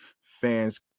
fans